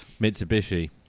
Mitsubishi